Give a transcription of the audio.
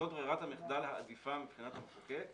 זאת ברירת המחדל העדיפה מבחינת המחוקק,